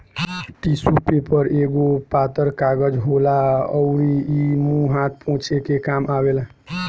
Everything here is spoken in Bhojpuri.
टिशु पेपर एगो पातर कागज होला अउरी इ मुंह हाथ पोछे के काम आवेला